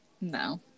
No